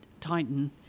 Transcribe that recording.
Titan